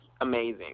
amazing